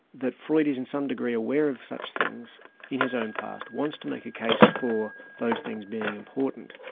that freud is in some degree aware of such things in his own past, wants to make a case for those things being important,